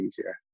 easier